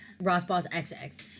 RossBossXX